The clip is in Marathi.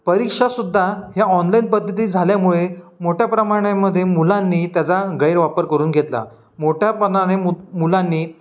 परीक्षासुद्धा हे ऑनलाईन पद्धती झाल्यामुळे मोठ्या प्रमाणामध्ये मुलांनी त्याचा गैरवापर करून घेतला मोठ्या पणाने मु मुलांनी